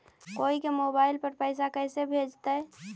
कोई के मोबाईल पर पैसा कैसे भेजइतै?